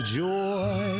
joy